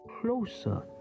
closer